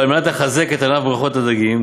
וכדי לחזק את ענף בריכות הדגים,